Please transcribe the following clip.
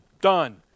Done